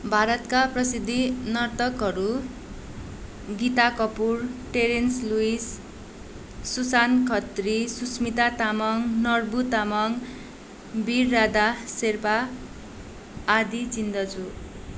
भारतका प्रसिद्ध नर्तकहरू गीता कपूर टेरेन्स लुइस सुसान खत्री सुस्मिता तामाङ नर्बु तामाङ वीर रादा शेर्पा आदि चिन्दछु